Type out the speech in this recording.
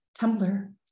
Tumblr